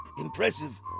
impressive